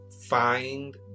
find